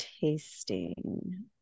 tasting